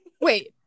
wait